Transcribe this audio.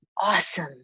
awesome